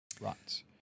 Right